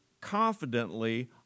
confidently